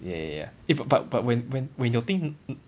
ya ya ya eh but but but when when when your thing